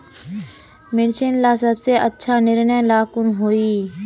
मिर्चन ला सबसे अच्छा निर्णय ला कुन होई?